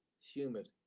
humid